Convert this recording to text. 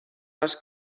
les